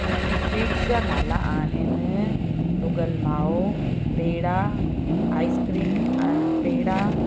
sweets जा नाला आहिनि भुॻल मावो पेड़ा आइस्क्रीम ऐं पेड़ा